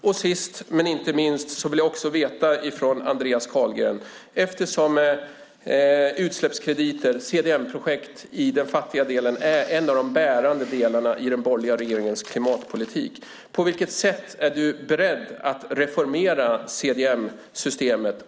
Jag har en sista fråga till Andreas Carlgren: Utsläppskrediter, CDM-projekt, i den fattiga världen är ju en av de bärande delarna i den borgerliga regeringens klimatpolitik. På vilket sätt är du beredd att reformera CDM-systemet?